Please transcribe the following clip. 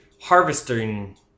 harvesting